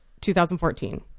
2014